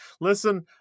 listen